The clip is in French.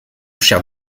cher